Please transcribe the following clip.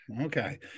Okay